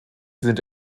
sind